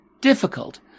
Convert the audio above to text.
difficult